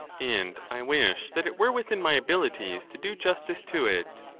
and i wish that it were within my abilities to do justice to it.